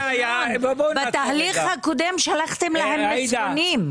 בתהליך הקודם שלחתם להם עדכונים.